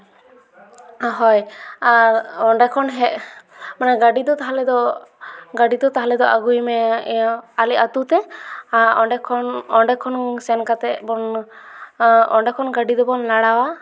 ᱦᱳᱭ ᱟᱨ ᱚᱸᱰᱮ ᱠᱷᱚᱱ ᱦᱮᱡ ᱢᱟᱱᱮ ᱜᱟᱹᱰᱤ ᱫᱚ ᱛᱟᱦᱚᱞᱮ ᱫᱚ ᱜᱟᱹᱰᱤ ᱫᱚ ᱛᱟᱦᱚᱞᱮ ᱫᱚ ᱟᱹᱜᱩᱭ ᱢᱮ ᱟᱞᱮ ᱟᱛᱳ ᱛᱮ ᱟᱨ ᱚᱸᱰᱮ ᱠᱷᱚᱱ ᱚᱸᱰᱮ ᱠᱷᱚᱱ ᱥᱮᱱ ᱠᱟᱛᱮ ᱵᱚᱱ ᱚᱸᱰᱮ ᱠᱷᱚᱱ ᱜᱟᱹᱰᱤ ᱫᱚᱵᱚᱱ ᱞᱟᱲᱟᱣᱟ